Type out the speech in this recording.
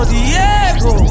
Diego